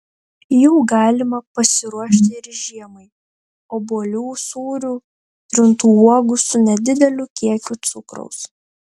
jų galima pasiruošti ir žiemai obuolių sūrių trintų uogų su nedideliu kiekiu cukraus